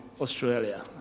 Australia